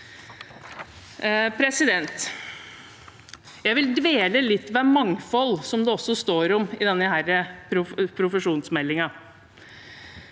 utdanningene. Jeg vil dvele litt ved mangfold, som det også står om i denne profesjonsmeldingen,